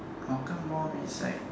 Hougang mall means like